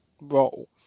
role